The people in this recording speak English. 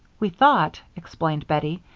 we thought, explained bettie,